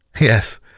Yes